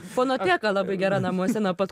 fonoteka labai gera namuose nuo pat